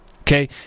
Okay